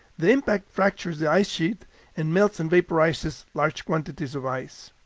the impact fractures the ice sheet and melts and vaporizes large quantities of ice.